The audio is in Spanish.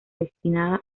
destinada